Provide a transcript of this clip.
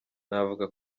navuga